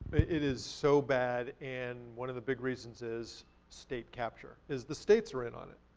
it is so bad and one of the big reasons is state capture, is the states are in on it,